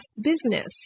business